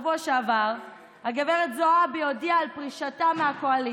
בשבוע שעבר הודיעה גב' זועבי על פרישתה מהקואליציה,